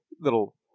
little